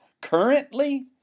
currently